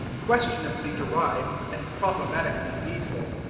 questionably derived and problematically needful.